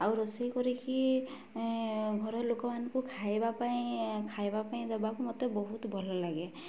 ଆଉ ରୋଷେଇ କରିକି ଘର ଲୋକମାନଙ୍କୁ ଖାଇବା ପାଇଁ ଖାଇବା ପାଇଁ ଦେବାକୁ ମୋତେ ବହୁତ ଭଲ ଲାଗେ